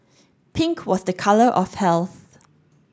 pink was a colour of health